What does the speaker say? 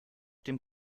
dem